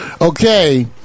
Okay